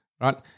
Right